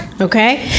okay